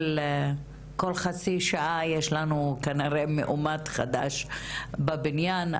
כל חצי שעה יש לנו כנראה מאומת חדש בבניין,